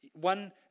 One